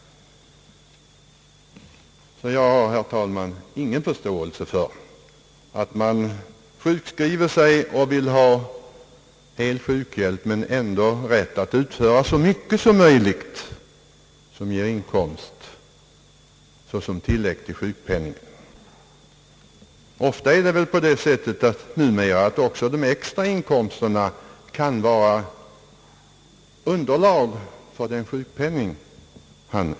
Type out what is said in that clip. Jag har, herr talman, ingen förståelse för att man sjukskriver sig och vill ha hel sjukhjälp men ändå rätt att utföra så mycket som möjligt, som ger inkomst såsom tillägg till sjukpenning en. Ofta är det väl numera på det sättet att också de extra inkomsterna kan vara underlag för sjukpenningen.